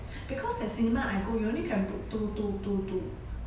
because that cinema I go you only can put two two two two